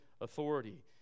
authority